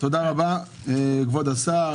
תודה רבה, כבוד השר.